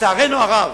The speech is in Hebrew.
לצערנו הרב,